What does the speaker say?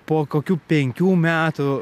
po kokių penkių metų